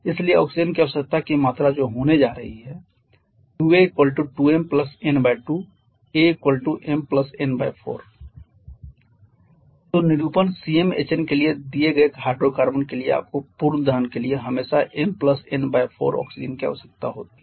इसलिए ऑक्सीजन की आवश्यकता की मात्रा जो होने जा रही है 2 a 2m n2 a m n4 तो निरूपण CmHn के दिए गए हाइड्रोकार्बन के लिए आपको पूर्ण दहन के लिए हमेशा m n 4 ऑक्सीजन की आवश्यकता होती है